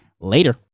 later